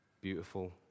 beautiful